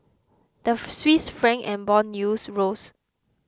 the Swiss Franc and bond yields rose